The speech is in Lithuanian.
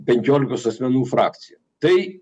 penkiolikos asmenų frakciją tai